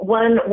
one